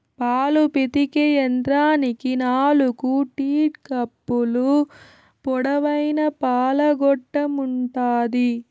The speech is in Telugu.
పాలు పితికే యంత్రానికి నాలుకు టీట్ కప్పులు, పొడవైన పాల గొట్టం ఉంటాది